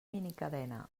minicadena